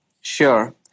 Sure